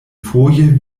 foje